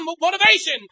motivation